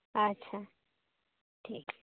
ᱟᱪᱪᱷᱟ ᱴᱷᱤᱠ